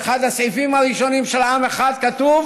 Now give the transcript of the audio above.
ובאחד הסעיפים הראשונים של עם אחד כתוב,